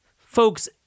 folks